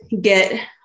get